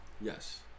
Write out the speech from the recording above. Yes